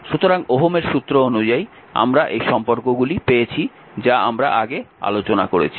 সুতরাং ওহমের সূত্র অনুযায়ী আমরা এই সম্পর্কগুলি পেয়েছি যা আমরা আগে আলোচনা করেছি